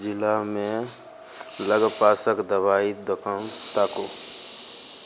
जिलामे लगपासक दवाइ दोकान ताकू